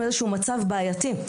מצב בעייתי,